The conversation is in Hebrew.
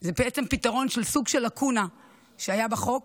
שזה בעצם פתרון לסוג של לקונה שהייתה בחוק.